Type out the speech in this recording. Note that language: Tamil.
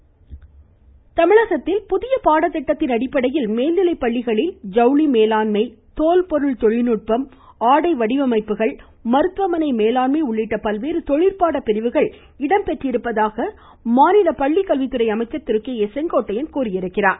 ம் ம் கல்வி செங்கோட்டையன் புதிய பாடத்திட்டத்தின் அடிப்படையில் மேல்நிலைப் பள்ளிகளில் ஜவுளி மேலாண்மை தோல் பொருள் தொழில்நுட்பம் ஆடை வடிவமைப்புகள் மருத்துவமனை மேலாண்மை உள்ளிட்ட பல்வேறு தொழிற்பாட பிரிவுகள் இடம்பெற்றிருப்பதாக பள்ளிக்கல்வித்துறை அமைச்சர் திரு கே ஏ செங்கோட்டையன் தெரிவித்துள்ளார்